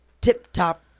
tip-top